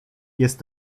jest